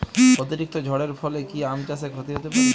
অতিরিক্ত ঝড়ের ফলে কি আম চাষে ক্ষতি হতে পারে?